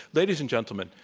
ladies and gentlemen,